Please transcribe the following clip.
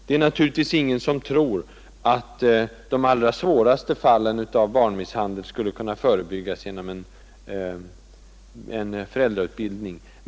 Det är naturligtvis ingen som tror att de allra svåraste fallen av barnmisshandel skulle kunna förebyggas genom en föräldrautbildning.